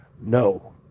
No